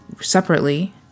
separately